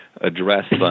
address